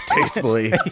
Tastefully